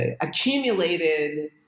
accumulated